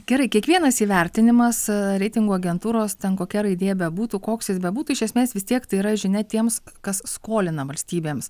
gerai kiekvienas įvertinimas reitingų agentūros ten kokia raidė bebūtų koks jis bebūtų iš esmės vis tiek tai yra žinia tiems kas skolina valstybėms